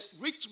rich